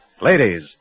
Ladies